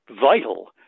vital